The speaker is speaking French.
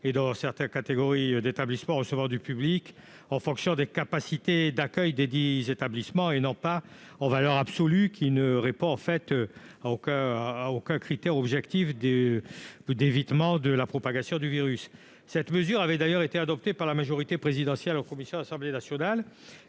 dans certaines catégories d'établissements recevant du public, en fonction des capacités d'accueil de ces établissements, plutôt que de définir des jauges en valeur absolue, ce qui ne répond, en fait, à aucun critère objectif d'évitement de la propagation du virus. Cette mesure avait d'ailleurs été adoptée par la majorité présidentielle en commission à l'Assemblée nationale.